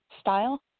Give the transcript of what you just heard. style